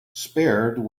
spared